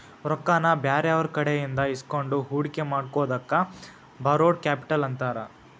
ರೊಕ್ಕಾನ ಬ್ಯಾರೆಯವ್ರಕಡೆಇಂದಾ ಇಸ್ಕೊಂಡ್ ಹೂಡ್ಕಿ ಮಾಡೊದಕ್ಕ ಬಾರೊಡ್ ಕ್ಯಾಪಿಟಲ್ ಅಂತಾರ